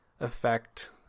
effect